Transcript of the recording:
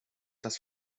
das